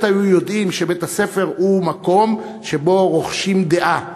היו יודעים שבית-הספר הוא מקום שבו רוכשים דעה.